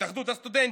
התאחדות הסטודנטים,